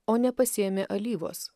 o nepasiėmė alyvos